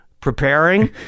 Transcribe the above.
Preparing